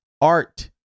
art